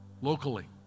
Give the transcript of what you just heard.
locally